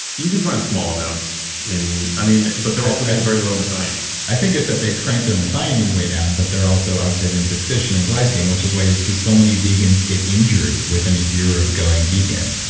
you can find small amounts in. i mean, but they're also getting very low methionine i think it's that they cranked their methionine way down but they're also, i would say, then deficient in glycine, which is why you see so many vegans get injured within a year of going vegan.